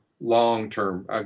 long-term